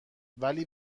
ولی